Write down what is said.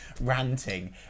ranting